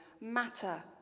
matter